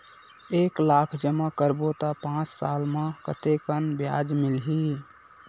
एक लाख जमा करबो त पांच साल म कतेकन ब्याज मिलही?